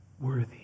worthy